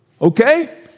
Okay